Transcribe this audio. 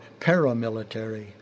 paramilitary